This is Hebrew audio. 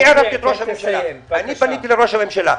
פגשתי את ראש הממשלה ופניתי לראש הממשלה,